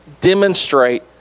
demonstrate